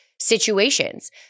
situations